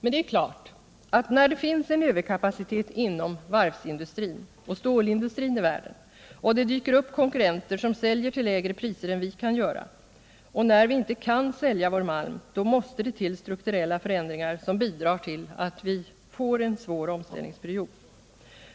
Men det är klart att när det finns en överkapacitet inom varvsindustrin och stålindustrin i världen och det dyker upp konkurrenter som säljer till lägre priser än vi kan göra och när vi inte kan sälja vår malm, så måste det till strukturella förändringar, som bidrar till att vi får en svår omställningsperiod.